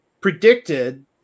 predicted